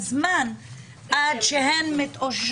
עד שהן מתאוששות,